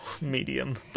medium